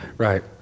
Right